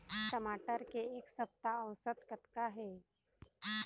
टमाटर के एक सप्ता औसत कतका हे?